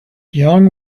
young